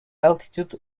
altitude